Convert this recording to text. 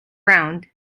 round